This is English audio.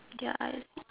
ya I see